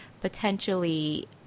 potentially